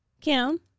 Kim